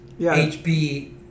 HB